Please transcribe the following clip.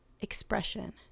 expression